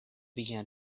began